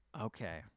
Okay